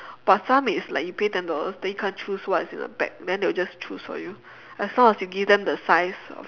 but some is like you pay ten dollars then you can't choose what's in the bag then they will just choose for you as long you give them the size of